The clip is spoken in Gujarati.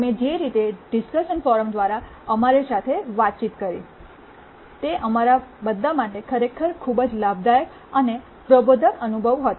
તમે જે રીતે ડીસ્ક્શન ફોરમ દ્વારા અમારી સાથે વાતચીત કરી તે અમારા બધા માટે ખરેખર ખૂબ જ લાભદાયક અને પ્રબોધક અનુભવ હતો